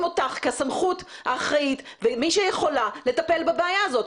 אותך כסמכות האחראית ומי שיכולה לטפל בבעיה הזאת.